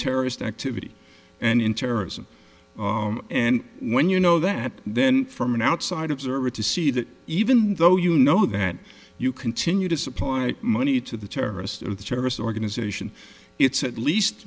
terrorist activity and in terrorism and when you know that then from an outside observer to see that even though you know that you continue to supply money to the terrorists or the terrorist organization it's at least